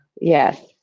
Yes